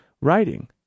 writing